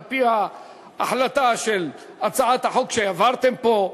על-פי ההחלטה של הצעת החוק שהעברתם פה,